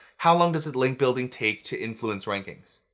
how long does link building take to influence rankings?